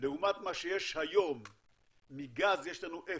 לעומת מה שיש היום מגז, יש לנו אפס,